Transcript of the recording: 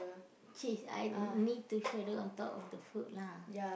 cheese I need to shredder on top of the food lah